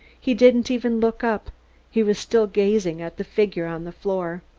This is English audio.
he didn't even look up he was still gazing at the figure on the floor.